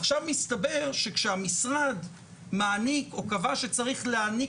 עכשיו מסתבר שכשהמשרד קבע שצריך להעניק